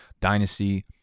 Dynasty